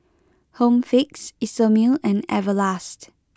Home Fix Isomil and Everlast